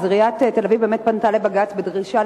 עיריית תל-אביב באמת פנתה לבג"ץ בדרישה